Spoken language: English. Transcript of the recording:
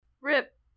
rip